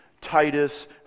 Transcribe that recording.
Titus